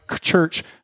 church